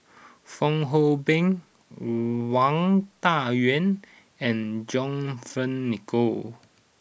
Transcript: Fong Hoe Beng Wang Dayuan and John Fearns Nicoll